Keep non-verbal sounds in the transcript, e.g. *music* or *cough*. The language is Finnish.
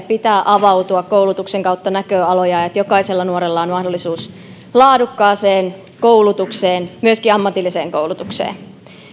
*unintelligible* pitää avautua koulutuksen kautta näköaloja ja että jokaisella nuorella on mahdollisuus laadukkaaseen koulutukseen myöskin ammatilliseen koulutukseen